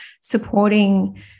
supporting